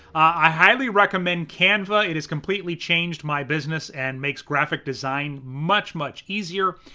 i highly recommend canva. it has completely changed my business and makes graphic design much, much easier,